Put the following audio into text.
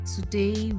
Today